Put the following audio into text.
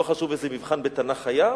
לא חשוב איזה מבחן בתנ"ך היה,